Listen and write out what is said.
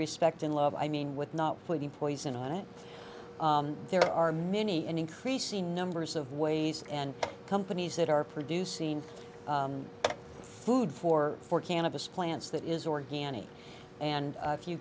respect and love i mean with not putting poison in it there are many and increasing numbers of ways and companies that are producing food for four cannabis plants that is organic and if you